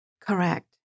correct